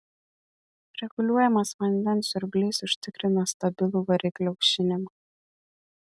reguliuojamas vandens siurblys užtikrina stabilų variklio aušinimą